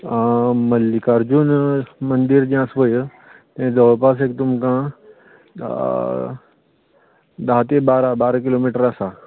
मल्लीकार्जून मंदीर जें आसा पळय तें जवळपास एक तुमकां धा तें बारा बारा किलोमिटर आसा